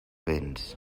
vents